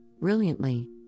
brilliantly